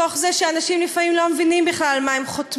תוך זה שאנשים לפעמים לא מבינים בכלל על מה שהם חותמים,